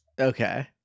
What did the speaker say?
Okay